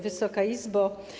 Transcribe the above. Wysoka Izbo!